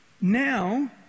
Now